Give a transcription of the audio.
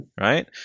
right